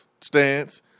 stance